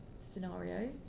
scenario